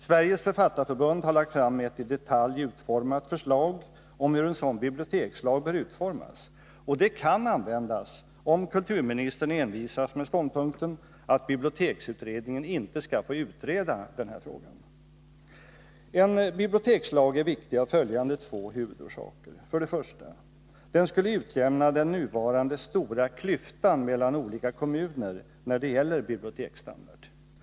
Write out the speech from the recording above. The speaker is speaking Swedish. Sveriges författarförbund har lagt fram ett i detalj utformat förslag om hur en sådan bibliotekslag bör utformas, och det kan användas, om kulturministern envisas med ståndpunkten att biblioteksutredningen inte skall få utreda den här frågan. En bibliotekslag är viktig av följande två huvudorsaker. För det första: den skulle utjämna den nuvarande stora klyftan mellan olika kommuner när det gäller biblioteksstandard.